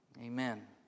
amen